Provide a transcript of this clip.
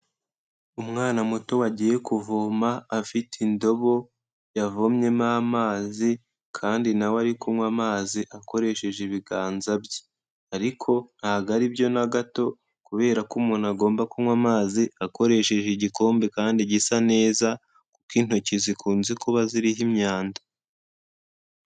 Umwana muto agiye kuvoma, afite indobo yavomyemo amazi, kandi nawe ari kunywa amazi, akoresheje ibiganza bye. Ariko ntago aribyo na gato, kubera ko umuntu agomba kunywa amazi, akoresheje igikombe kandi gisa neza, kuko intoki zikunze kuba ziriho imyanda.